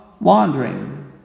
wandering